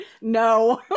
No